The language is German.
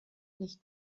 nicht